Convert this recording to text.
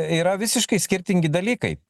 yra visiškai skirtingi dalykai